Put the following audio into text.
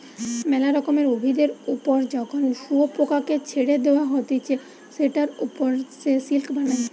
মেলা রকমের উভিদের ওপর যখন শুয়োপোকাকে ছেড়ে দেওয়া হতিছে সেটার ওপর সে সিল্ক বানায়